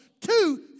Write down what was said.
two